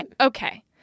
okay